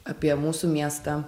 apie mūsų miestą